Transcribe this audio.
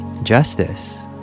Justice